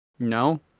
No